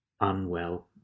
Unwell